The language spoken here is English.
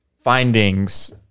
findings